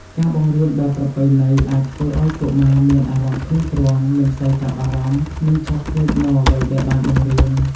ការបង្រៀនបែបប្រពៃណីអាចធ្វើឲ្យកុមារមានអារម្មណ៍ធុញទ្រាន់ មិនសូវចាប់អារម្មណ៍ និងឆាប់ភ្លេចនូវអ្វីដែលបានបង្រៀន។